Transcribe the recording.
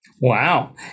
Wow